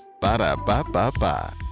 Ba-da-ba-ba-ba